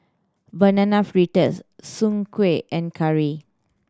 Banana Fritters Soon Kueh and curry